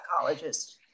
psychologist